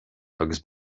agus